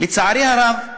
לצערי הרב,